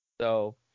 So-